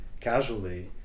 casually